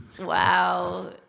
Wow